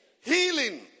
healing